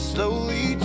Slowly